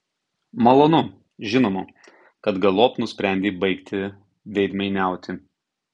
malonu žinoma kad galop nusprendei baigti veidmainiauti